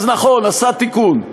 אז נכון, עשה תיקון.